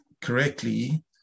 correctly